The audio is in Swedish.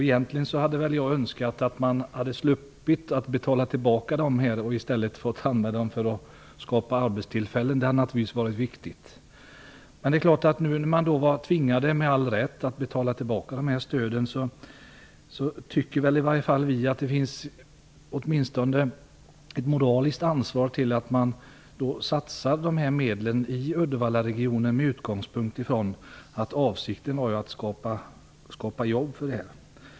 Egentligen önskar jag att Volvo skulle slippa behöva betala tillbaka dessa pengar och att de i stället används för att skapa arbetstillfällen. Det är naturligtvis viktigt. Men nu när Volvo, med all rätt, är tvingat att betala tillbaka stöden, tycker i alla fall vi att det finns åtminstone ett moraliskt ansvar till att satsa medlen i Uddevallaregionen med utgångspunkt i att avsikten var att skapa jobb.